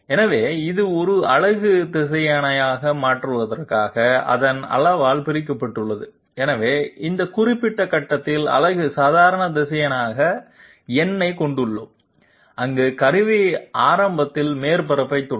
எனவே இது ஒரு அலகு திசையனாக மாற்றுவதற்காக அதன் அளவால் பிரிக்கப்பட்டுள்ளது எனவே இந்த குறிப்பிட்ட கட்டத்தில் அலகு சாதாரண திசையனாக n ஐக் கொண்டுள்ளோம் அங்கு கருவி ஆரம்பத்தில் மேற்பரப்பைத் தொடும்